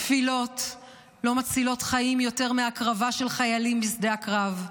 תפילות לא מצילות חיים יותר מהקרבה של חיילים בשדה הקרב,